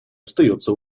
остается